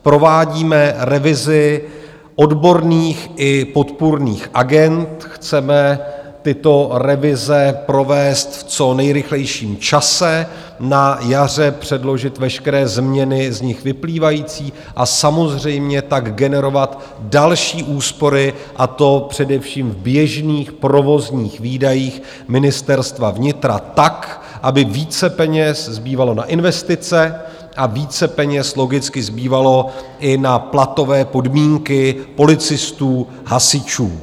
Provádíme revizi odborných i podpůrných agend, chceme tyto revize provést v co nejrychlejším čase, na jaře předložit veškeré změny z nich vyplývající a samozřejmě tak generovat další úspory, a to především v běžných provozních výdajích Ministerstva vnitra tak, aby více peněz zbývalo na investice a více peněz logicky zbývalo i na platové podmínky policistů, hasičů.